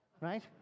Right